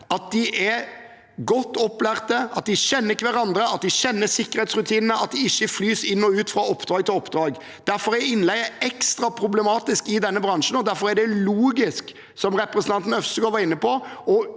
at de er godt opplært, at de kjenner hverandre, at de kjenner sikkerhetsrutinene, og at de ikke flys inn og ut fra oppdrag til oppdrag. Derfor er innleie ekstra problematisk i denne bransjen, og derfor er det logisk, som repre sentanten Øvstegård var inne på,